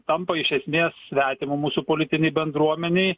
tampa iš esmės svetimu mūsų politinei bendruomenei